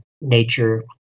nature